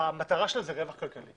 שהמטרה שלה זה רווח כלכלי.